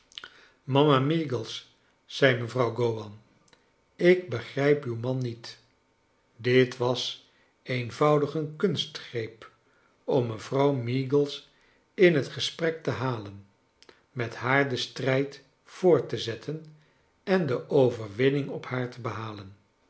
meagles zei mevrouw gowan ik begrijp uw man niet dit was eenvoudig een kunstgreep om mevrouw meagles in het gesprek te halen met haar den strijd voort te zetten en de overwinning op haar te behalen